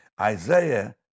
Isaiah